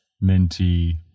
minty